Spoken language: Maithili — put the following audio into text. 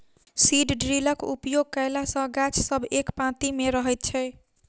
सीड ड्रिलक उपयोग कयला सॅ गाछ सब एक पाँती मे रहैत छै